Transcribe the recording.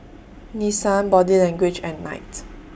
Nissan Body Language and Knight